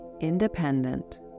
independent